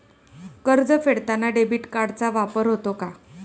कर्ज फेडताना डेबिट कार्डचा वापर होतो का?